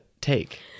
take